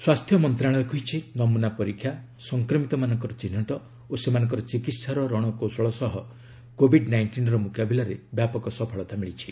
ସ୍ୱାସ୍ଥ୍ୟ ମନ୍ତ୍ରଣାଳୟ କହିଛି ନମୁନା ପରୀକ୍ଷା ସଂକ୍ରମିତମାନଙ୍କ ଚିହ୍ନଟ ଓ ସେମାନଙ୍କର ଚିକିହାର ରଣକୌଶଳ ସହ କୋବିଡ୍ ନାଇଣ୍ଟିନ୍ର ମୁକାବିଲାରେ ବ୍ୟାପକ ସଫଳତା ମିଳିଛି